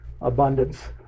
abundance